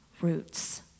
roots